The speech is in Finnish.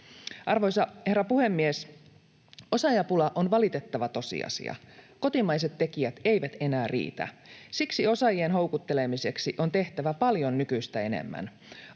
Arvoisa herra puhemies! Osaajapula on valitettava tosiasia. Kotimaiset tekijät eivät enää riitä. Siksi osaajien houkuttelemiseksi on tehtävä paljon nykyistä enemmän.